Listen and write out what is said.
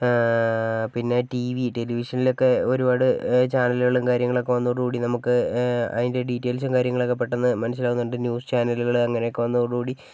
പിന്നെ TV ടെലിവിഷനിലൊക്കെ ഒരുപാട് ചാനലുകളും കാര്യങ്ങളൊക്കെ വന്നതോട് കൂടി നമുക്ക് അതിൻ്റെ ഡീറ്റൈൽസും കാര്യങ്ങളുമൊക്കെ പെട്ടന്ന് മനസ്സിലാകുന്നുണ്ട് ന്യൂസ് ചാനലുകൾ അങ്ങനെയൊക്കെ വന്നതോട് കൂടി